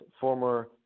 Former